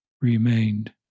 remained